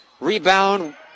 Rebound